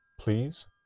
please